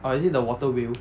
orh is it the water wheel